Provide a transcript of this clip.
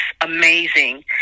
amazing